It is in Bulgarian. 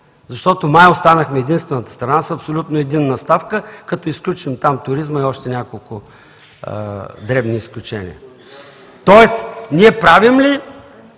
Защото май останахме единствената страна с абсолютно единна ставка, като изключим там туризма и още няколко дребни изключения. Тоест, ние седнахме ли